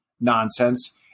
nonsense